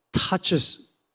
touches